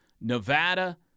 Nevada